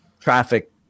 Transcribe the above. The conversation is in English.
traffic